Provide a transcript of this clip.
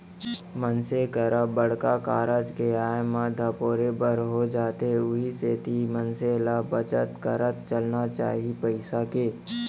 मनसे करा बड़का कारज के आय म धपोरे बर हो जाथे उहीं सेती मनसे ल बचत करत चलना चाही पइसा के